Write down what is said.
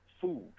food